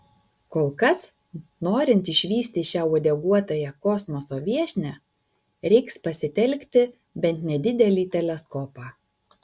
kol kas norint išvysti šią uodeguotąją kosmoso viešnią reiks pasitelkti bent nedidelį teleskopą